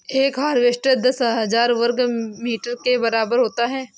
एक हेक्टेयर दस हज़ार वर्ग मीटर के बराबर होता है